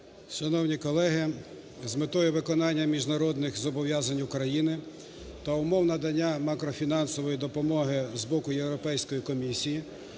Шановні колеги! З метою виконання міжнародних зобов'язань України та умов надання макрофінансової допомоги з боку Європейської комісії,